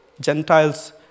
Gentiles